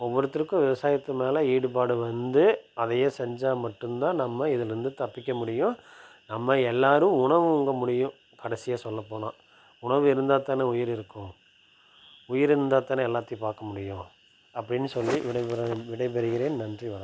ஒவ்வொருத்தருக்கும் விவசாயத்து மேல் ஈடுபாடு வந்து அதை செஞ்சால் மட்டுந்தான் நம்ம இதில் இருந்து தப்பிக்க முடியும் நம்ம எல்லாரும் உணவு உண்ண முடியும் கடைசியாக சொல்லப்போனால் உணவு இருந்தால் தான உயிர் இருக்கும் உயிர் இருந்தால் தான எல்லாத்தையும் பார்க்க முடியும் அப்படினு சொல்லி விடைபெறு விடைபெறுகிறேன் நன்றி வணக்கம்